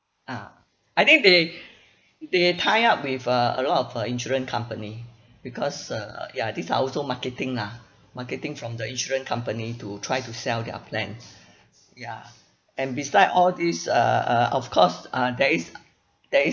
ah I think they they tie up with uh a lot of uh insurance company because uh ya these are also marketing lah marketing from the insurance company to try to sell their plans ya and beside all this uh uh of course uh there is there is